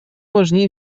важнее